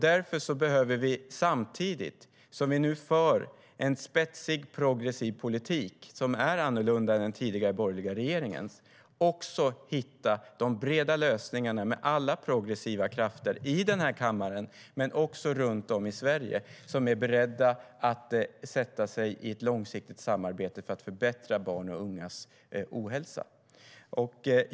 Samtidigt som vi nu för en spetsig, progressiv politik som är annorlunda än den tidigare borgerliga regeringens behöver vi hitta de breda lösningarna med alla progressiva krafter i den här kammaren och runt om i Sverige och få ett långsiktigt samarbete för att förbättra barns och ungas hälsa.